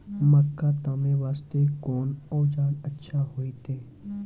मक्का तामे वास्ते कोंन औजार अच्छा होइतै?